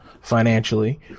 financially